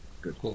good